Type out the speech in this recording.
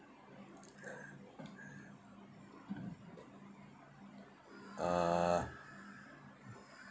uh